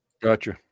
Gotcha